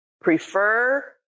prefer